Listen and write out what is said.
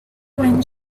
when